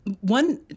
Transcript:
One